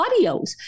audios